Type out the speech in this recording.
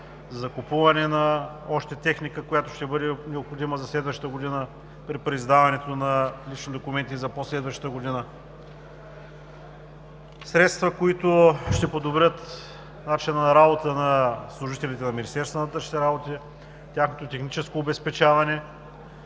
закупуване на още техника, която ще бъде необходима за следващата година при преиздаването на лични документи и за по-следващата година; средства, които ще подобрят начина на работа на служителите на Министерството на вътрешните работи, тяхното техническо обезпечаване,